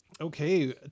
Okay